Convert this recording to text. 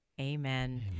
Amen